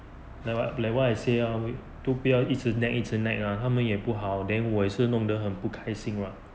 like what I say oh 都不要一直 nag 都不要一直 nag lah 他们也不好 then 我也是弄得很不开心 [what]